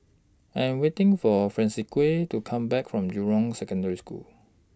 I Am waiting For Francisqui to Come Back from Jurong Secondary School